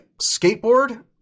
skateboard